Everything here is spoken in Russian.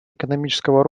экономического